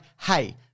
hey